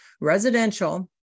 residential